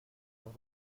los